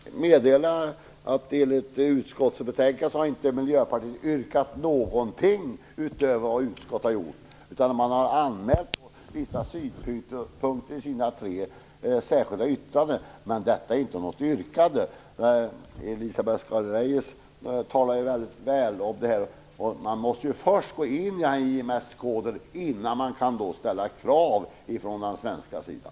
Fru talman! Jag vill bara meddela att enligt utskottsbetänkandet har Miljöpartiet inte yrkat någonting utöver vad utskottsmajoriteten har gjort. Man har anmält vissa synpunkter i sina tre särskilda yttranden, men detta är inte något yrkande. Elisa Abscal Reyes talar väldigt väl om detta. Vi måste först gå in i ISM-koder innan vi kan ställa krav från den svenska sidan.